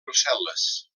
brussel·les